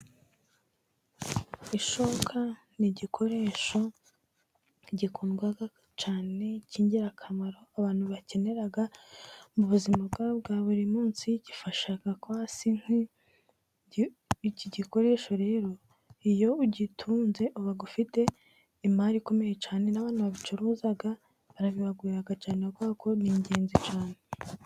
Ishoka ni igikoresho gikundwa cyane cy'ingirakamaro, abantu bakenera mu buzima bwawe bwa buri munsi, gifasha kwasa imkwi. Iki gikoresho rero iyo ugitunze uba ufite imari ikomeye cyane, n'abantu babicuruza arunguka cyane kuko ni ingenzi cyane.